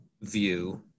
view